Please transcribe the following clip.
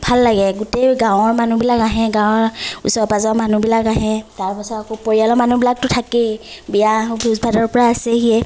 ভাল লাগে গোটেই গাঁৱৰ মানুহবিলাক আহে গাঁৱৰ ওচৰৰ পাজৰৰ মানুহবিলাক আহে তাৰ পাছত আকৌ পৰিয়ালৰ মানুহবিলাকতো থাকেই বিয়া ভোজ ভাতৰপৰা আছেহিয়ে